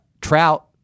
Trout